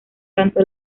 cantó